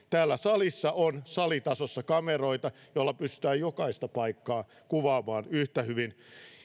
täällä salissa on salitasossa kameroita joilla pystytään jokaista paikkaa kuvaamaan yhtä hyvin